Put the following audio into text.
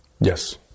Yes